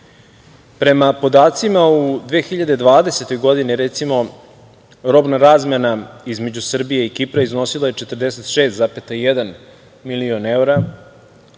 Prema podacima u 2020. godina, recimo, robna razmena između Srbije i Kipra iznosila je 46,1 milion evra